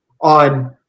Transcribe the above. on